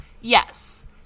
Yes